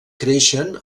creixen